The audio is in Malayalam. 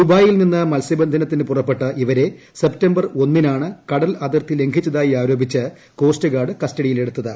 ദുബായിൽ നിന്ന് മത്സ്യബന്ധനത്തിന് പുറപ്പെട്ട ഇവരെ സെപ്തംബർ ഒന്നിനാണ് കടൽ അതിർത്തി ലംഘിച്ചതായി ആരോപിച്ച് കോസ്റ്റ് ഗാർഡ് കസ്റ്റഡിയിലെടുത്തത്